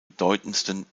bedeutendsten